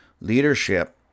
leadership